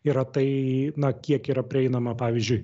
yra tai na kiek yra prieinama pavyzdžiui